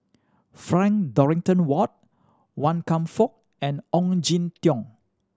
Frank Dorrington Ward Wan Kam Fook and Ong Jin Teong